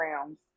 rounds